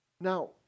Now